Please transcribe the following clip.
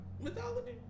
mythology